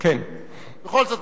בכל זאת,